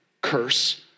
curse